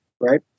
right